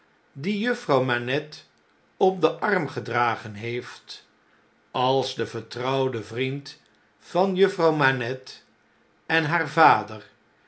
die juffrouw manette op den arm gedragen heeft als de vertrouwde vriend van juffrouw manette en haar vader